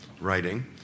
writing